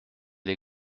les